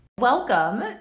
Welcome